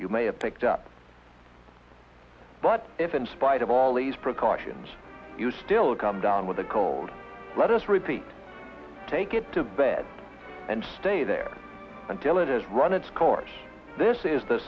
you may have picked up but if in spite of all these precautions you still come down with a cold let us repeat take it to bed and stay there until it has run its course this is the